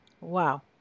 Wow